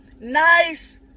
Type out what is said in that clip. nice